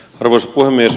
arvoisa puhemies